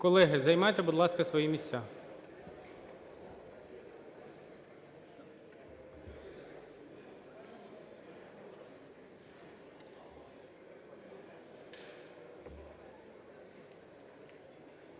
Колеги, займайте, будь ласка, свої місця.